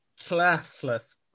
classless